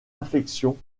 affection